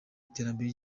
iterambere